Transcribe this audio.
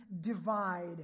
divide